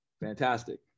Fantastic